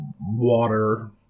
water